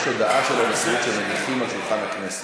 יש הודעה של הנשיאות שמניחים על שולחן הכנסת.